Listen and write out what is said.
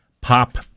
pop